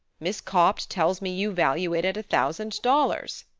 miss copt tells me you value it at a thousand dollars.